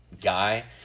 guy